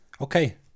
Okay